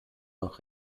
noch